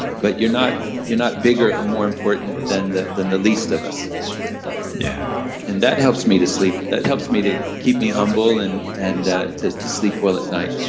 but you're not you're not bigger and more important than the than the least of us yeah and that helps me to sleep. that helps me to keep me humble and and ah to to sleep well at night